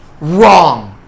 wrong